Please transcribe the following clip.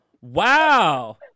Wow